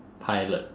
pilot